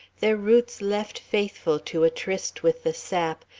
their roots left faithful to a tryst with the sap,